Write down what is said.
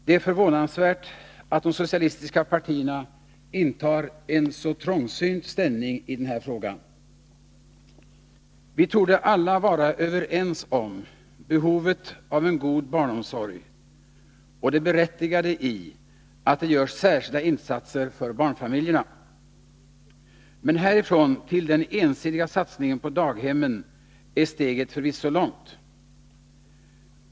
Det är förvånansvärt att de socialistiska partierna intar en så trångsynt ställning i den här frågan. Vi torde alla vara överens om behovet av en god barnomsorg och det berättigade i att det görs särskilda insatser för barnfamiljerna. Men härifrån till den ensidiga satsningen på daghemmen är steget förvisso långt.